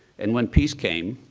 and when peace came,